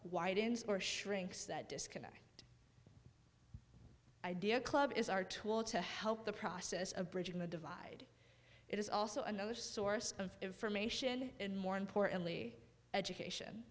widens or shrinks that disconnect idea club is our tool to help the process of bridging the divide it is also another source of information and more importantly education